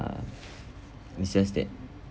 it's just that